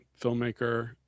filmmaker